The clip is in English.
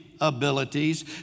abilities